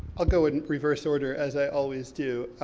i'll go in reverse order, as i always do.